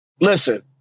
listen